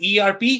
ERP